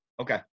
Okay